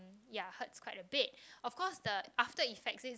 ya hurts quite a bit of course the after effect is